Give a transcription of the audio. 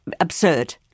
absurd